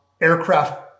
aircraft